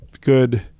good